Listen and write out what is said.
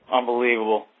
unbelievable